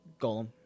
Golem